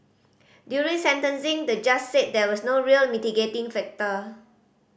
during sentencing the judge said there was no real mitigating factor